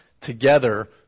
together